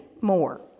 more